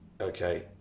Okay